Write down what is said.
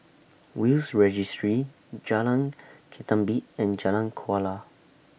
Will's Registry Jalan Ketumbit and Jalan Kuala